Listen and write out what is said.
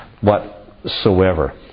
whatsoever